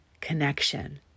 connection